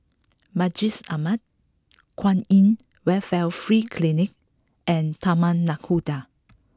Masjid Ahmad Kwan In Welfare Free Clinic and Taman Nakhoda